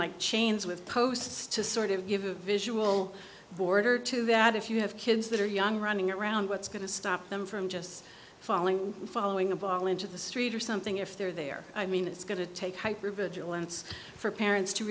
like chains with posts to sort of give a visual border to that if you have kids that are young running around what's going to stop them from just falling following a ball into the street or something if they're there i mean it's going to take hyper vigilance for parents to